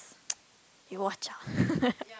you watch out